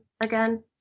again